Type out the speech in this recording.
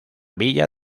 villa